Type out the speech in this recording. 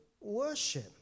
worship